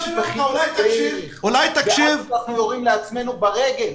אנחנו יורים לעצמנו ברגל.